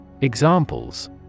Examples